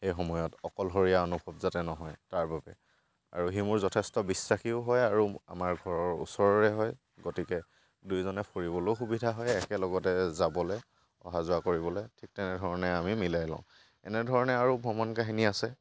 সেই সময়ত অকলশৰীয়া অনুভৱ যাতে নহয় তাৰ বাবে আৰু সি মোৰ যথেষ্ট বিশ্বাসীও হয় আৰু আমাৰ ঘৰৰ ওচৰৰে হয় গতিকে দুইজনে ফুৰিবলৈও সুবিধা হয় একেলগতে যাবলৈ অহা যোৱা কৰিবলৈ ঠিক তেনেধৰণে আমি মিলাই লওঁ এনেধৰণে আৰু ভ্ৰমণ কাহিনী আছে